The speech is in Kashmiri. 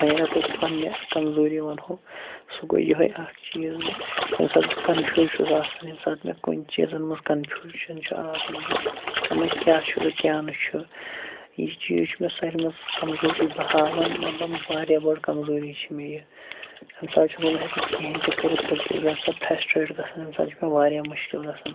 وۄنۍ اگر تۄہہِ بہٕ پنٛنہِ کمزوٗری ونہو سُہ گوٚو یِہوے اکھ چیٖز زِ ییٚمہِ ساتہٕ بہٕ کنفیوٗز چھُس آسن ییٚمہِ ساتہٕ مےٚ کُنہِ چیٖزن منٛز کنفیوٗجن چھُ آسان زِ مےٚ کیاہ چھُ زِ کیٛاہ نہٕ چھُ یہِ چیٖز چھُ مےٚ ساروی منٛز کمزوٗری بہٕ ہاوان مطلب واریاہ بٔڑ کمزوٗری چھِ مےٚ یہِ امہِ ساتہٕ چھُس نہٕ بہٕ ہٮ۪کان کہیٖنۍ تہِ کٔرِتھ بلکہِ امہِ ساتہٕ فریسٹریٹ گژھان امہِ ساتہٕ چھُ مےٚ واریاہ مُشکِل گژھان